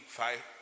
five